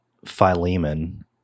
Philemon